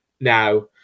Now